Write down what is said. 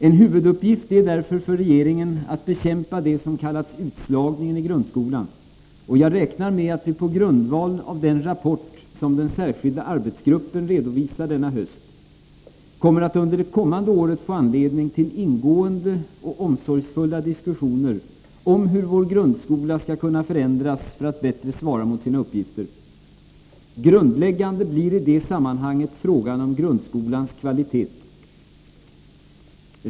En huvuduppgift är därför för regeringen att bekämpa det som kallats utslagningen i grundskolan, och jag räknar med att vi på grundval av den rapport som den särskilda arbetsgruppen redovisar denna höst kommer att under det kommande året få anledning till ingående och omsorgsfulla diskussioner om hur vår grundskola skall kunna förändras för att bättre svara mot sina uppgifter. Grundläggande blir i det sammanhanget frågan om grundskolans kvalitet.